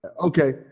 Okay